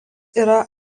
yra